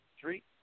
three